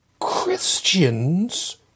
Christians